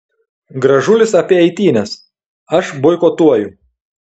gražulis apie eitynes aš boikotuoju